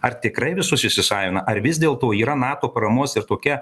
ar tikrai visus įsisavina ar vis dėlto yra nato paramos ir tokia